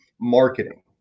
marketing